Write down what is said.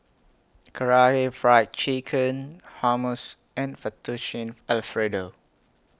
Karaage Fried Chicken Hummus and Fettuccine Alfredo